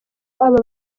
aba